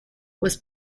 was